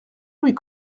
louis